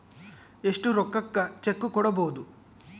ಎಷ್ಟು ರೊಕ್ಕಕ ಚೆಕ್ಕು ಕೊಡುಬೊದು